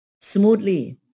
smoothly